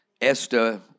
Esther